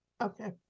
Okay